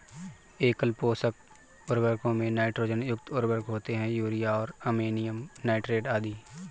एकल पोषक उर्वरकों में नाइट्रोजन युक्त उर्वरक होते है, यूरिया और अमोनियम नाइट्रेट आदि